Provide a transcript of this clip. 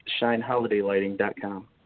shineholidaylighting.com